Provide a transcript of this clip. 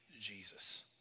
Jesus